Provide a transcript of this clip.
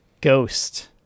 ghost